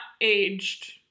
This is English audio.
aged